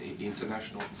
International